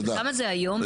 כמה זה היום?